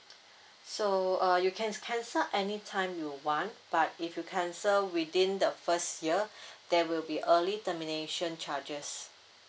so uh you can cancel anytime you want but if you cancel within the first year there will be early termination charges